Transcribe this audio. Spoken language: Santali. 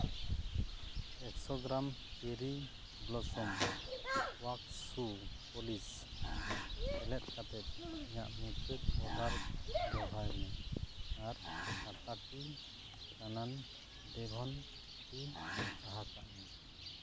ᱮᱠᱥᱚ gram cherry blossom wax shoe polish ᱥᱮᱞᱮᱫ ᱠᱟᱛᱮᱜ ᱤᱧᱟᱹᱜ ᱢᱩᱪᱟᱹᱫ ᱚᱰᱟᱨ ᱫᱚᱦᱲᱟᱭ ᱢᱮ ᱟᱨ ᱴᱟᱴᱟ ᱴᱤ ᱠᱟᱱᱟᱢᱱ ᱰᱮᱵᱷᱚᱵᱷᱚᱱ ᱴᱤ ᱥᱟᱦᱟ ᱠᱟᱜ ᱢᱮ